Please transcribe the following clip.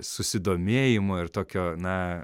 susidomėjimo ir tokio na